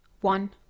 one